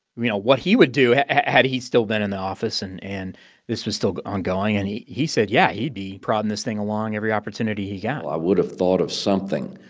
you know, what he would do had he still been in the office, and and this was still ongoing. and he he said, yeah, he'd be prodding this thing along every he got i would have thought of something,